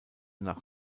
nach